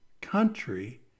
country